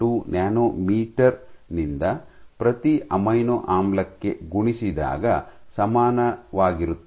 38 nanometre ನಿಂದ ಪ್ರತಿ amino ಆಮ್ಲಕ್ಕೆ ಗುಣಿಸಿದಾಗ ಸಮನಾಗಿರುತ್ತದೆ